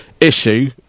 issue